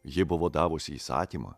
ji buvo davusi įsakymą